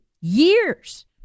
years